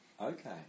Okay